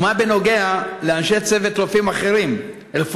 ומה בנוגע לאנשי צוות רפואיים אחרים?